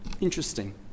interesting